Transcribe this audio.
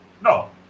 No